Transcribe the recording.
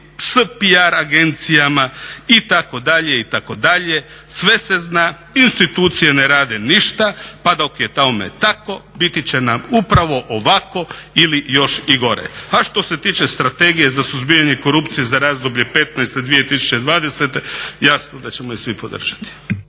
s PR agencijama itd., itd. Sve se zna, institucije ne rade ništa pa dok je tome tako biti će nam upravo ovako ili još i gore. A što se tiče Strategije za suzbijanje korupcije za razdoblje 2015-2020. jasno da ćemo je svi podržati.